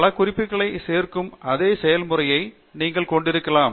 பல குறிப்புகளை சேர்க்கும் அதே செயல்முறையை நீங்கள் கொண்டிருக்கலாம்